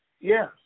Yes